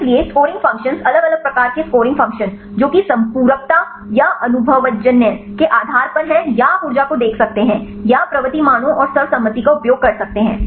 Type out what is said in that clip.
इसलिए scoring functions अलग अलग प्रकार के स्कोरिंग फ़ंक्शन जो कि संपूरकता या अनुभवजन्य के आधार पर है या आप ऊर्जा को देख सकते हैं या प्रवृत्ति मानों और सर्वसम्मति का उपयोग कर सकते हैं